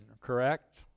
correct